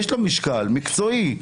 יש לו משקל מקצועי.